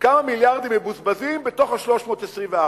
כמה מיליארדים מבוזבזים בתוך ה-324,